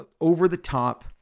over-the-top